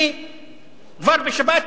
אני כבר בשבת